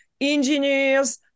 engineers